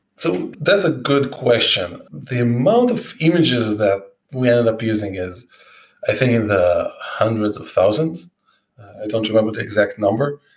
so that's a good question. the amount of images that we ended up using is i think in the hundreds of thousands. i don't remember the exact number,